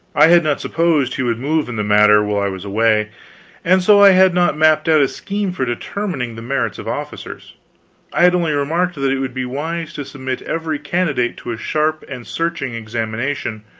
i had not supposed he would move in the matter while i was away and so i had not mapped out a scheme for determining the merits of officers i had only remarked that it would be wise to submit every candidate to a sharp and searching examination